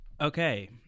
Okay